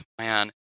man